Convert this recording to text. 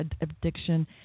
addiction